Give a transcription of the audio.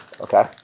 Okay